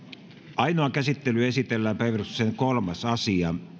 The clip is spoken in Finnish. ainoaan käsittelyyn esitellään päiväjärjestyksen kolmas asia